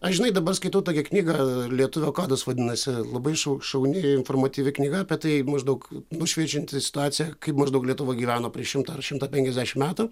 aš žinai dabar skaitau tokią knygą lietuvio kodas vadinasi labai šau šauni informatyvi knyga apie tai maždaug nušveičianti situaciją kaip maždaug lietuva gyveno prieš šimtą ar šimtą penkiasdešim metų